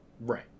Right